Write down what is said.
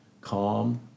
calm